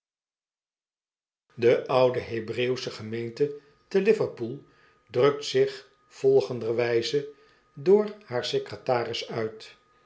de oude hebreeuwsche gemeente te liverpool drukt zich volgenderwijze door haar secretaris uit